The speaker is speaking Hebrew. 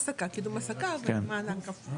קידום העסקה ומענק.